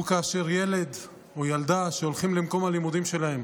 הוא כאשר ילד או ילדה הולכים למקום הלימודים שלהם